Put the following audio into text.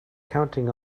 counting